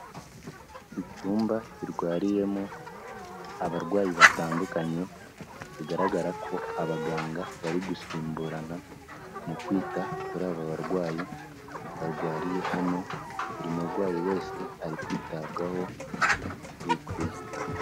Icyumba kirwariyemo abarwayi batandukanye, bigaragara ko abaganga bari gusimburana mu kwita kuri aba barwayi barwariye hano, buri murwayi wese ari kwitabwaho uko bikwiye.